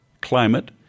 climate